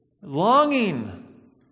longing